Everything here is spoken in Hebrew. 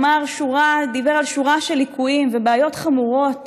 שדיבר על שורה של ליקויים ובעיות חמורות